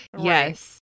Yes